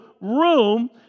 room